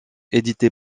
édité